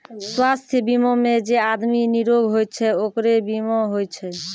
स्वास्थ बीमा मे जे आदमी निरोग होय छै ओकरे बीमा होय छै